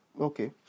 okay